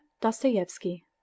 Dostoevsky